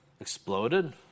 exploded